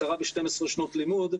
הכרה ב-12 שנות לימוד.